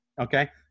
okay